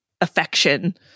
affection